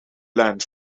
land